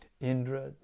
Indra